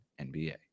NBA